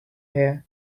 here